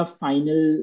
final